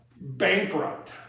Bankrupt